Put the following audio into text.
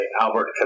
Albert